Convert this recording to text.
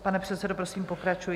Pane předsedo, prosím pokračujte.